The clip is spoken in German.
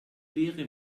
leere